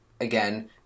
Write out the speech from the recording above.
again